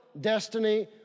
destiny